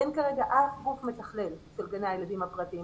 אין כרגע אף גוף מתכלל של גני ילדים הפרטיים.